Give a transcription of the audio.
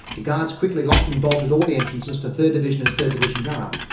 the guards quickly locked and bolted all the entrances to third division and third division yard.